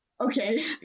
okay